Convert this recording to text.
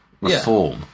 reform